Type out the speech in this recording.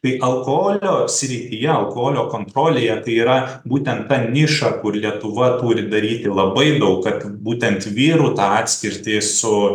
tai alkoholio srityje alkoholio kontrolėje tai yra būtent tą niša kur lietuva turi daryti labai daug kad būtent vyrų tą atskirtį su